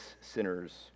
sinners